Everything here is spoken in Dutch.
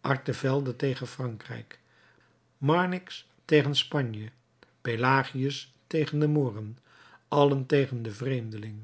artevelde tegen frankrijk marnix tegen spanje pelagius tegen de mooren allen tegen den vreemdeling